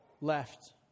left